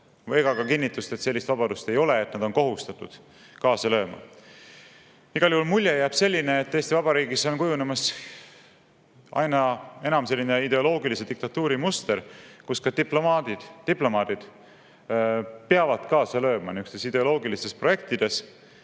ega ka kinnitust, et sellist vabadust ei ole, et nad on kohustatud kaasa lööma. Igal juhul jääb selline mulje, et Eesti Vabariigis on kujunemas aina enam selline ideoloogilise diktatuuri muster, kus ka diplomaadid peavad kaasa lööma niisugustes ideoloogilistes projektides.